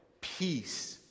peace